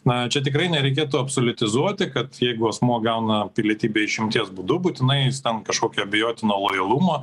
na čia tikrai nereikėtų absoliutizuoti kad jeigu asmuo gauna pilietybę išimties būdu būtinai tam kažkokio abejotino lojalumo